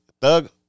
thug